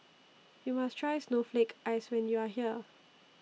YOU must Try Snowflake Ice when YOU Are here